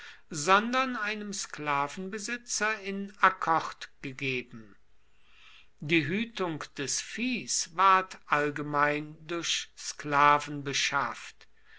sondern einem sklavenbesitzer in akkord gegeben die hütung des viehs ward allgemein durch sklaven beschafft